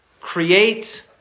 create